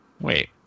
Wait